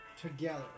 Together